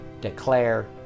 declare